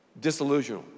disillusioned